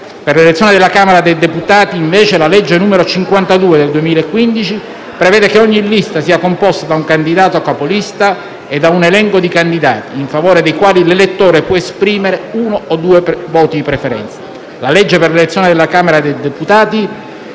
Per l'elezione della Camera dei deputati, invece, la legge n. 52 del 21 dicembre 2015 prevede che ogni lista sia composta da un candidato capolista e da un elenco di candidati, in favore dei quali l'elettore può esprimere uno o due voti di preferenza.